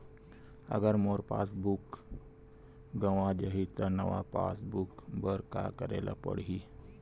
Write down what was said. अगर मोर पास बुक गवां जाहि त नवा पास बुक बर का करे ल पड़हि?